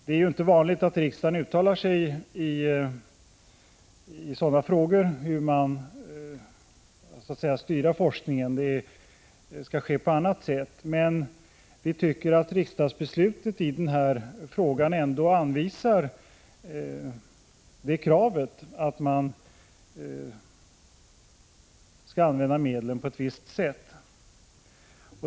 Det är ju inte vanligt att riksdagen uttalar sig i sådana frågor och så att säga styr forskningen — det skall ske på annat sätt — men vi tycker att riksdagsbeslutet i den frågan ändå anvisar det kravet att medlen skall användas på ett visst sätt.